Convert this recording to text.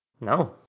No